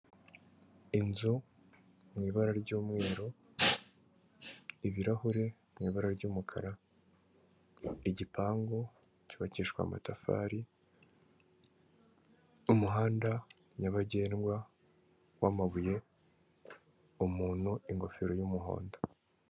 Inzu mu ibara ry'umweru, ibirahure mu ibara ry'umukara, igipangu cyubakishwa amatafari, umuhanda nyabagendwa wamabuye, umuntu, ingofero y'umuhondo.